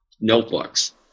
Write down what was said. notebooks